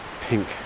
pink